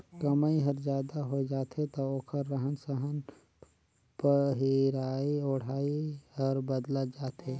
कमई हर जादा होय जाथे त ओखर रहन सहन पहिराई ओढ़ाई हर बदलत जाथे